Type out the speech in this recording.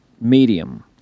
medium